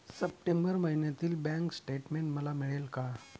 September महिन्यातील bank statement मला मिळेल का?